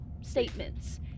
statements